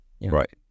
Right